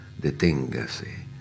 Deténgase